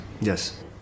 Yes